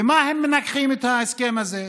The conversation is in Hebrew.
במה הם מנגחים את ההסכם הזה?